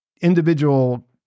individual